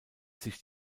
sich